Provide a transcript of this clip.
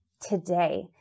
Today